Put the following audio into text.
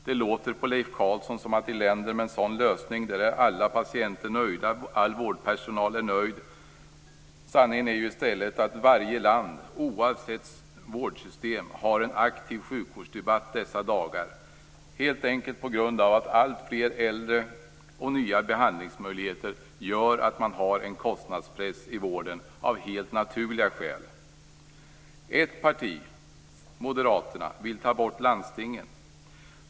Det låter på Leif Carlson som att alla patienter är nöjda och all vårdpersonal nöjd i länder med en sådan lösning. Sanningen är ju i stället att varje land, oavsett vårdsystem, har en aktiv sjukvårdsdebatt dessa dagar. Detta beror helt enkelt på att alltfler äldre samt nya behandlingsmöjligheter gör att man av helt naturliga skäl har en kostnadspress i vården. Ett parti, Moderaterna, vill ta bort landstingen.